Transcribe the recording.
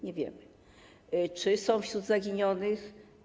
Nie wiemy, czy są wśród zaginionych.